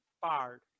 Fired